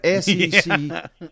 SEC